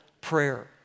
prayer